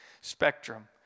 spectrum